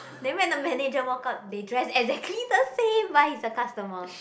then when the manager walk up they dress exactly the same but he's a customer